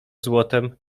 złotem